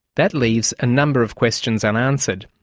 that leaves a number of questions unanswered.